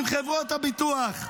עם חברות הביטוח.